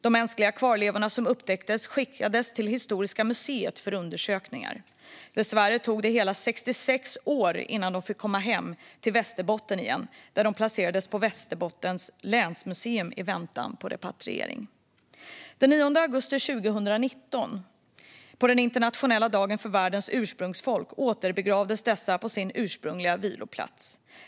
De mänskliga kvarlevorna som upptäcktes skickades till Historiska museet för undersökningar. Dessvärre tog det hela 66 år innan de fick komma hem till Västerbotten igen där de placerades på Västerbottens museum i väntan på repatriering. Den 9 augusti 2019, på internationella dagen för världens ursprungsfolk, återbegravdes de på sin ursprungliga viloplats.